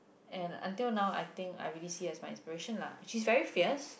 and until now I think I really see as my passion lah she very fierce